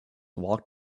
walk